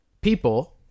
people